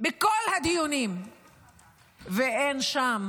ואין שם